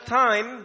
time